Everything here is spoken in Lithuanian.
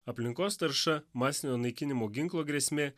aplinkos tarša masinio naikinimo ginklo grėsmė